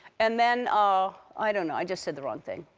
and then ah i don't know, i just said the wrong thing.